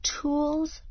Tools